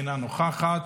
אינה נוכחת,